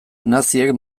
naziek